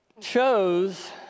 chose